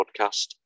podcast